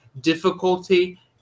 difficulty